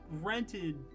rented